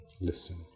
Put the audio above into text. Listen